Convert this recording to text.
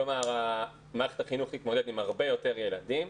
כלומר, מערכת החינוך תתמודד עם הרבה יותר ילדים.